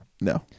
No